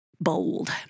bold